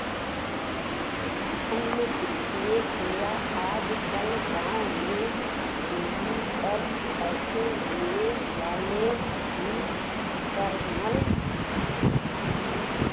अन्य वित्तीय सेवा आज कल गांव में सुदी पर पैसे देवे वाले भी करलन